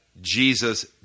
Jesus